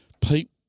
Pete